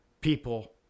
people